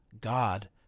God